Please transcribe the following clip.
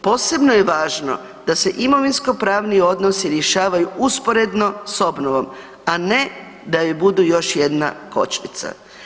Posebno je važno da se imovinsko-pravni odnosi rješavaju usporedno sa obnovom, a ne da joj budu još jedna kočnica.